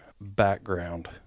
background